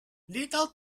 little